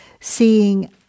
seeing